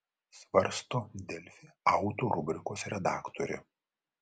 svarsto delfi auto rubrikos redaktorė